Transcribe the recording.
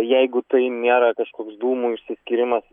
jeigu tai nėra kažkoks dūmų išsiskyrimas